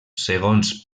segons